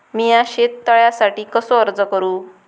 मीया शेत तळ्यासाठी कसो अर्ज करू?